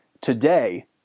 today